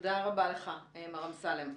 תודה רבה לך, מר אמסלם.